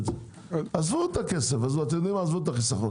עזבו את הכסף ואת החיסכון.